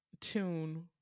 tune